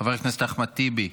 חבר הכנסת אחמד טיבי,